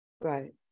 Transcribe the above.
Right